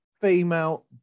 female